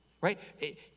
Right